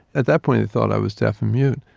at that point they thought i was deaf and mute,